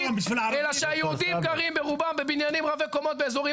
אלא שהיהודים גרים ברובם בבניינים רבי קומות באזורים